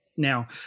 Now